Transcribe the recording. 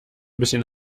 bisschen